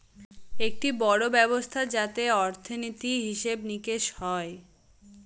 একটি বড়ো ব্যবস্থা যাতে অর্থনীতি, হিসেব নিকেশ হয়